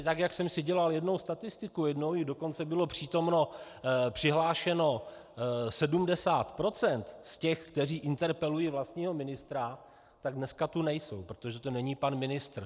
Tak jak jsem si dělal jednou statistiku, jednou jich dokonce bylo přihlášeno 70 % z těch, kteří interpelují vlastního ministra, tak dneska tu nejsou, protože tu není pan ministr.